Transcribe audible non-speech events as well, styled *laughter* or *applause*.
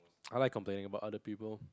*noise* I like complaining about other people